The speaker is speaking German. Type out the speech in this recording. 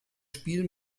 spiel